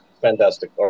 Fantastic